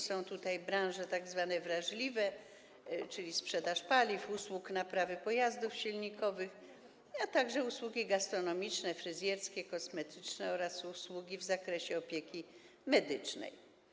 Są to tzw. branże wrażliwe, czyli sprzedaż paliw, usługi naprawy pojazdów silnikowych, a także usługi gastronomiczne, fryzjerskie i kosmetyczne oraz usługi w zakresie opieki medycznej.